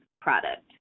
product